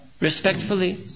respectfully